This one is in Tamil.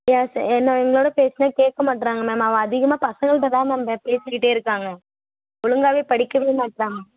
எஸ் என்ன எங்களோடய பேச்செலாம் கேட்க மாட்டேறாங்க மேம் அவன் அதிகமாக பசங்கள்கிட்ட தான் மேம் பேசிக்கிட்டே இருக்காங்க ஒழுங்காவே படிக்கவே மாட்டேறாங்க